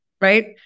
Right